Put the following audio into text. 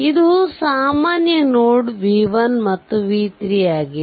ಇದು ಸಾಮಾನ್ಯ node v1 ಮತ್ತು v3 ಆಗಿದೆ